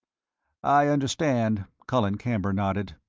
i understand. colin camber nodded.